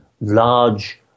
large